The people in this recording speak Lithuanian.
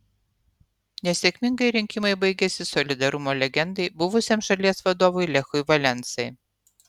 nesėkmingai rinkimai baigėsi solidarumo legendai buvusiam šalies vadovui lechui valensai